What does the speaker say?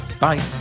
bye